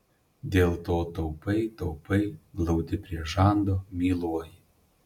dėl to taupai taupai glaudi prie žando myluoji